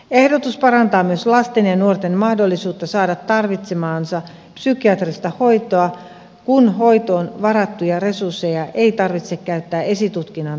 ehdotus parantaa myös lasten ja nuorten mahdollisuutta saada tarvitsemaansa psykiatrista hoitoa kun hoitoon varattuja resursseja ei tarvitse käyttää esitutkinnan toteuttamiseen